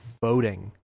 voting